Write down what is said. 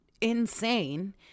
insane